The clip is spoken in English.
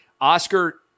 Oscar